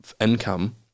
income